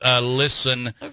listen